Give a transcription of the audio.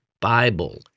Bible